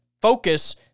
focus